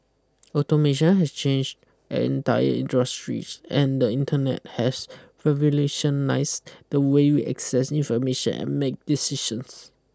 automation has changed entire industries and the internet has revolutionised the way we access information and make decisions